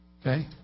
Okay